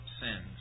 sins